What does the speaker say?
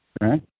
Right